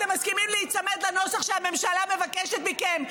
אתם מסכימים להיצמד לנוסח שהממשלה מבקשת מכם?